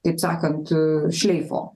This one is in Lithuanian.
taip sakant šleifo